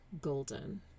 golden